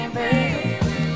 baby